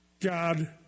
God